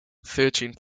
searching